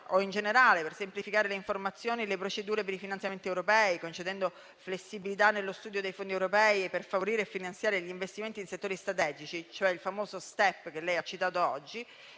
o, in generale, per semplificare le informazioni e le procedure per i finanziamenti europei, concedendo flessibilità nello studio dei fondi europei, per favorire e finanziare gli investimenti in settori strategici, cioè il famoso *step* che lei ha citato oggi,